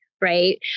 right